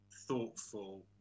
thoughtful